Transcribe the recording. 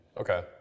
Okay